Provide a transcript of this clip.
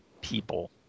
people